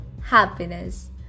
happiness